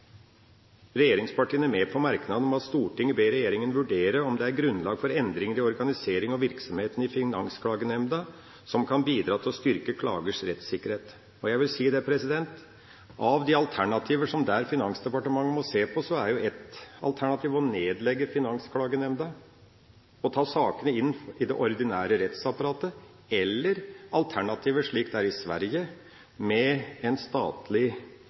er grunnlag for endringer i organiseringen og virksomheten i Finansklagenemnda som kan bidra til å styrke klagers rettssikkerhet.» Jeg vil si at av de alternativer som Finansdepartementet må se på, er et alternativ å nedlegge Finansklagenemnda og ta sakene inn i det ordinære rettsapparatet, eller alternativer – slik det er i Sverige – med et statlig